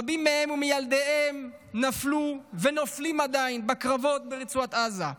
רבים מהם ומילדיהם נפלו ונופלים עדיין בקרבות ברצועת עזה.